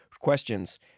questions